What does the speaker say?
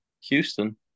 Houston